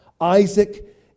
Isaac